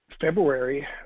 February